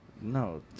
No